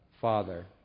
father